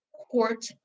Court